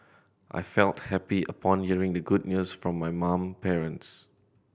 I felt happy upon hearing the good news from my mom parents